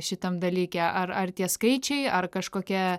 šitam dalyke ar ar tie skaičiai ar kažkokia